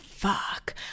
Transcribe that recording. Fuck